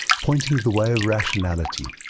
pointing the way of rationality,